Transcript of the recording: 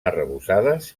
arrebossades